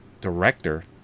Director